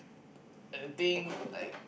I think like